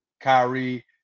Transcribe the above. Kyrie